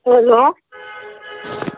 hello